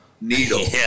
needle